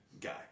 guy